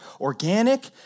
Organic